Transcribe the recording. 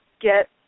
get